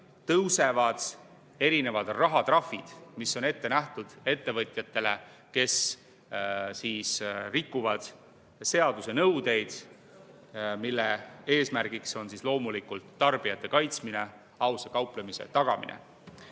tõusevad erinevad rahatrahvid, mis on ette nähtud ettevõtjatele, kes rikuvad seaduse nõudeid. Eesmärk on loomulikult tarbijate kaitsmine ja ausa kauplemise tagamine.